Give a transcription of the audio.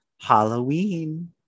Halloween